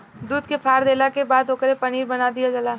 दूध के फार देला के बाद ओकरे पनीर बना दीहल जला